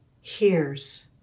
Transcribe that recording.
hears